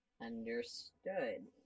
Understood